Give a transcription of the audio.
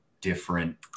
different